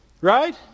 Right